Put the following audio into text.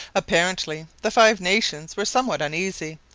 apparently the five nations were somewhat uneasy,